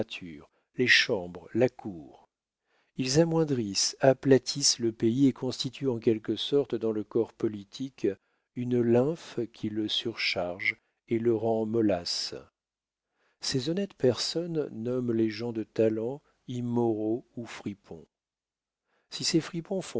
les chambres la cour ils amoindrissent aplatissent le pays et constituent en quelque sorte dans le corps politique une lymphe qui le surcharge et le rend mollasse ces honnêtes personnes nomment les gens de talent immoraux ou fripons si ces fripons